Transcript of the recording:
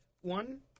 one